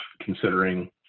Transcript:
considering